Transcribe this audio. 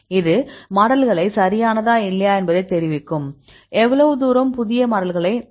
இது மாடல்களை சரியானதா இல்லையா என்பதை தெரிவிக்கும் எவ்வளவு தூரம் புதிய மாடல்களை நம்ப முடியும்